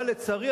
אבל לצערי,